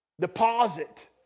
deposit